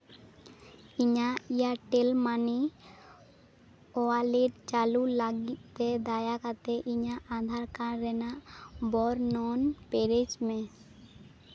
ᱤᱧᱟᱹᱜ Airtel money wallet ᱪᱟᱹᱞᱩ ᱞᱟᱹᱜᱤᱫ ᱛᱮ ᱫᱟᱭᱟ ᱠᱟᱛᱮᱫ ᱤᱧᱟᱹᱜ ᱟᱫᱷᱟᱨ ᱠᱟᱨᱰ ᱨᱮᱱᱟᱜ ᱵᱚᱨᱱᱚᱱ ᱯᱮᱨᱮᱡᱽ ᱢᱮ